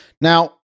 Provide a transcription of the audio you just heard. Now